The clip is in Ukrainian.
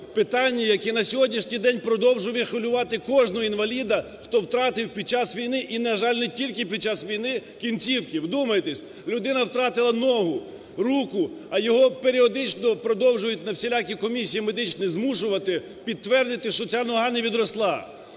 питанні, яке на сьогоднішній день продовжує хвилювати кожного інваліда, хто втратив під час війни і, на жаль, не тільки під час війни кінцівки. Вдумайтесь, людина втратила ногу, руку, а його періодично продовжують на всілякі комісії медичні змушувати підтвердити, що ця нога не відросла.